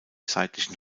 seitlichen